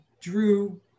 Drew